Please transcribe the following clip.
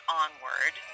onward